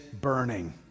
burning